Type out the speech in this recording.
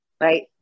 right